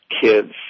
kids